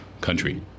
country